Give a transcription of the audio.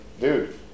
dude